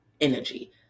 energy